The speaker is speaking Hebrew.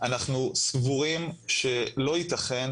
אנחנו סבורים שלא יתכן